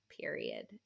period